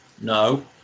no